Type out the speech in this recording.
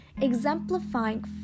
exemplifying